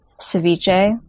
ceviche